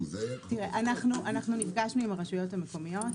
אנחנו נפגשנו עם הרשויות המקומיות.